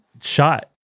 Shot